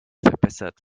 verbessert